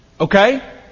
Okay